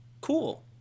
cool